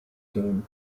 team